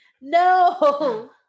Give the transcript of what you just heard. No